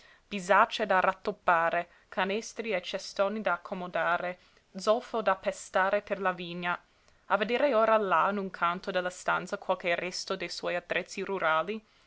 bisacce da rattoppare canestri e cestoni da accomodare zolfo da pestare per la vigna a vedere ora là in un canto della stanza qualche resto dei suoi attrezzi rurali